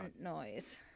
noise